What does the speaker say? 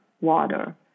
water